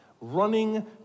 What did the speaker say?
running